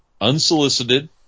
unsolicited